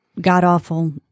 god-awful